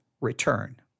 return